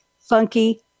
funky